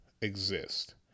exist